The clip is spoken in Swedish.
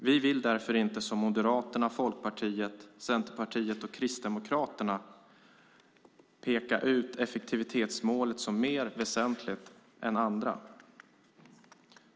Vi vill därför inte, som Moderaterna, Folkpartiet, Centerpartiet och Kristdemokraterna, peka ut effektivitetsmålet som mer väsentligt än andra.